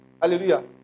Hallelujah